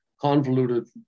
convoluted